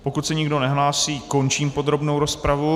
Pokud se nikdo nehlásí, končím podrobnou rozpravu.